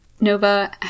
Nova